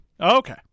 Okay